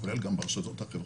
כולל גם ברשתות החברתיות.